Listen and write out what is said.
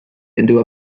into